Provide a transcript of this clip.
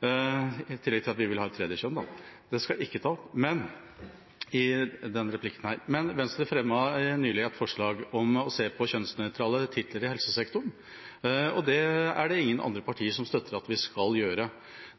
i tillegg til at vi vil ha et tredje kjønn – det skal jeg ikke ta opp i denne replikken. Venstre fremmet nylig et forslag om å se på kjønnsnøytrale titler i helsesektoren. Det er det ingen andre partier som støtter at vi skal gjøre.